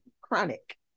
chronic